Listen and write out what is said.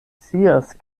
scias